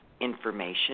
information